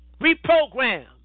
reprogram